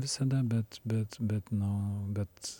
visada bet bet bet nu bet